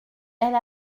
elle